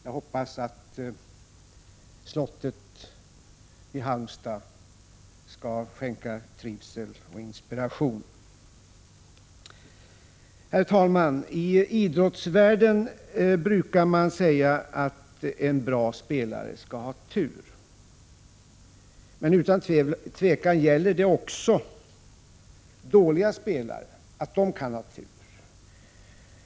Jag hoppas att slottet i Halmstad skall skänka trivsel och inspiration. Herr talman! I idrottsvärlden brukar man säga att en bra spelare skall ha tur. Men utan tvivel gäller att också dåliga spelare kan ha tur.